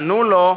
ענו לו: